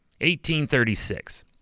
1836